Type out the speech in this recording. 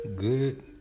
Good